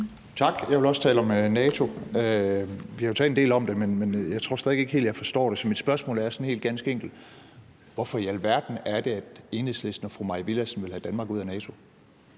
Tak. Jeg vil også tale om NATO. Vi har jo talt en del om det, men jeg tror stadig væk ikke helt, jeg forstår det. Så mit spørgsmålet er sådan helt ganske enkelt: Hvorfor i alverden er det, at Enhedslisten og fru Mai Villadsen vil have Danmark ud af NATO?